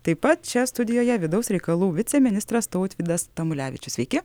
taip pat čia studijoje vidaus reikalų viceministras tautvydas tamulevičius sveiki